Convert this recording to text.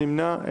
מי נמנע?